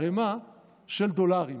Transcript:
ערמה של דולרים